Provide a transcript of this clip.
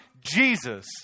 Jesus